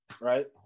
Right